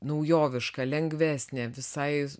naujoviška lengvesnė visai